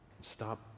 stop